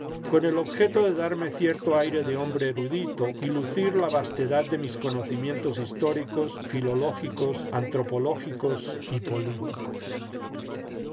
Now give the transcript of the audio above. con el objeto de darme cierto aire de hombre erudito y de lucir la vastedad de mis conocimientos históricos filológicos antropológicos y políticos